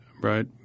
right